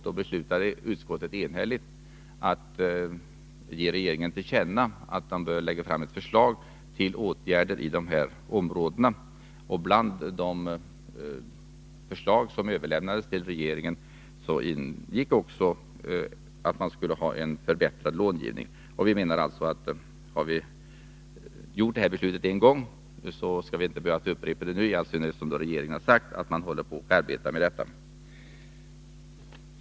Då föreslog utskottet enhälligt att riksdagen borde ge regeringen till känna att förslag i ämnet borde föreläggas riksdagen. Bland de förslag som överlämnades till regeringen ingick också ett förslag om förbättrad långivning. Vi menar att när vi fattat ett sådant beslut en gång, skall vi inte behöva upprepa det — i synnerhet som regeringen har sagt att den arbetar med detta.